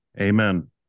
amen